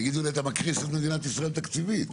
יגידו לי אתה מקריס את מדינת ישראל תקציבית,